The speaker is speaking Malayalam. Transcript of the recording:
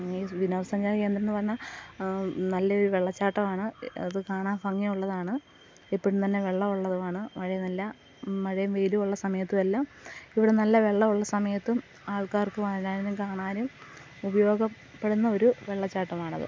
വിനോദ സഞ്ചാര കേന്ദ്രം എന്നു പറഞ്ഞാൽ നല്ല ഒരു വെള്ളച്ചാട്ടമാണ് അത് കാണാൻ ഭംഗിയുള്ളതാണ് എപ്പോഴും തന്നെ വെള്ളം ഉള്ളതുമാണ് മഴ നല്ല മഴയും വെയിലും ഉള്ള സമയത്തുല്ലാം ഇവിടെ നല്ല വെള്ളമുള്ള സമയത്തും ആൾക്കാർക്ക് വരാനും കാണാനും ഉപയോഗപ്പെടുന്ന ഒരു വെള്ളച്ചാട്ടമാണത്